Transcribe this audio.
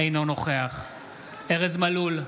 אינו נוכח ארז מלול,